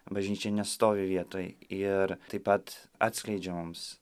bažnyčia nestovi vietoj ir taip pat atskleidžia mums